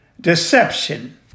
deception